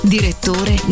Direttore